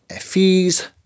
fees